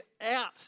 out